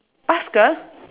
paskal